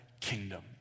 kingdom